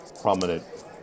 prominent